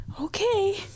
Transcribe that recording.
Okay